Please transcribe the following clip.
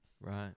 Right